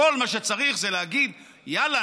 כל מה שצריך זה להגיד: יאללה,